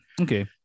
Okay